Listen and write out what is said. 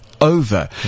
over